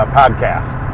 podcast